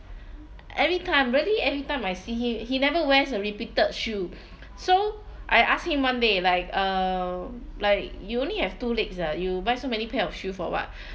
every time really every time I see him he never wears a repeated shoe so I asked him one day like uh like you only have two legs ah you buy so many pair of shoe for what